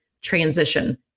transition